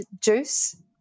juice